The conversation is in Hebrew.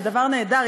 זה דבר נהדר.